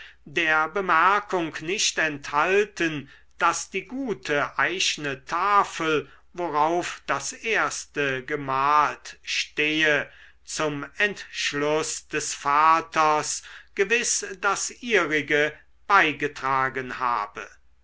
der bemerkung nicht enthalten daß die gute eichne tafel worauf das erste gemalt stehe zum entschluß des vaters gewiß das ihrige beigetragen habe